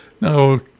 No